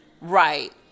Right